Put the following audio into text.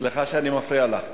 סליחה שאני מפריע לך.